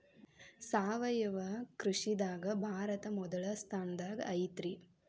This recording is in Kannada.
ಸಾವಯವ ಕೃಷಿದಾಗ ಭಾರತ ಮೊದಲ ಸ್ಥಾನದಾಗ ಐತ್ರಿ